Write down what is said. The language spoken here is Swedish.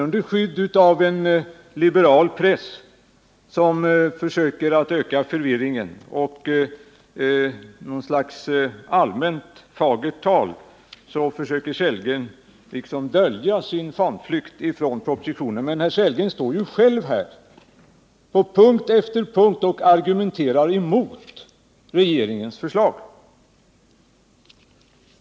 Under skydd av en liberal press som försöker öka förvirringen och något slags allmänt vackert tal försöker herr Sellgren dölja sin fanflykt från propositionen. Men herr Sellgren står ju själv här och argumenterar på punkt efter punkt mot regeringens förslag.